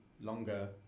longer